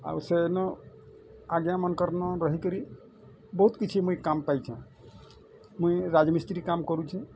ଆଉ ସେନ ଆଜ୍ଞା ମାନଙ୍କର ନ ରହିକରି ବହୁତ୍ କିଛି ମୁଇଁ କାମ୍ ପାଇଁଛେ ମୁଇଁ ରାଜମିସ୍ତ୍ରୀ କାମ୍ କରୁଛିଁ